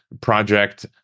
project